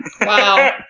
Wow